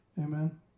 amen